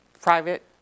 private